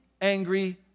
angry